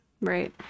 right